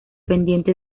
pendiente